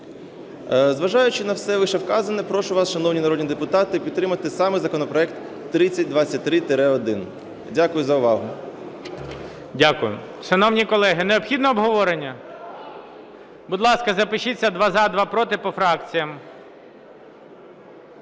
Зважаючи на все вищевказане, прошу вас, шановні народні депутати, підтримати саме законопроект 3023-1. Дякую за увагу. ГОЛОВУЮЧИЙ. Дякую. Шановні колеги, необхідне обговорення? Будь ласка, запишіться: два – за, два – проти, по фракціях.